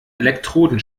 elektroden